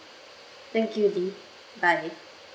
thank you lily bye